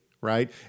right